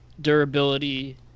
Durability